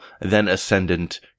then-ascendant